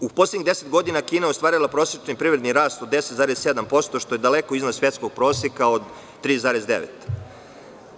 U poslednjih 10 godina Kina je ostvarila prosečni privredni rast od 10,7%, što je daleko iznad svetskog proseka od 3,9.